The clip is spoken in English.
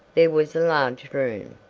there was a large room,